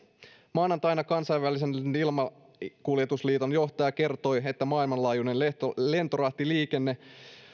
maanantaina kansainvälisen ilmakuljetusliiton johtaja kertoi että maailmanlaajuinen lentorahtiliikenne